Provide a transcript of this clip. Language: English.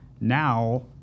Now